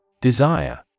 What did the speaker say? Desire